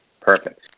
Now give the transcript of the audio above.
Perfect